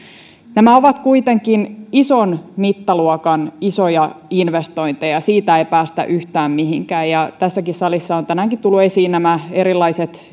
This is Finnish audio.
nämä ovat kuitenkin ison mittaluokan isoja investointeja siitä ei päästä yhtään mihinkään ja tässä salissa ovat tänäänkin tulleet esiin nämä erilaiset